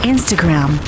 Instagram